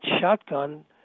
shotgun